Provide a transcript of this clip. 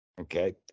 Okay